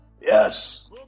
Yes